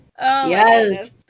Yes